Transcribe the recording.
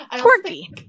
Quirky